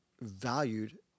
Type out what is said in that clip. valued